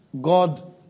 God